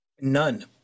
None